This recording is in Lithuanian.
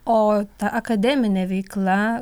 o ta akademinė veikla